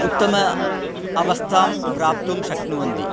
उत्तम अवस्थां प्राप्तुं शक्नुवन्ति